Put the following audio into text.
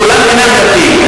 כולם אינם דתיים.